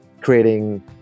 creating